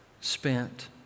spent